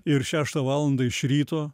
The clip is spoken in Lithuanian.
ir šeštą valandą iš ryto